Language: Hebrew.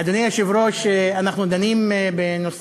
אדוני היושב-ראש, אנחנו דנים בנושא,